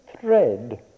thread